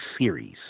series